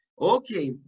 Okay